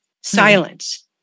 silence